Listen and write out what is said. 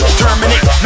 terminate